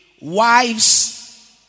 wives